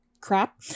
crap